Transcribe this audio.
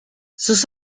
sus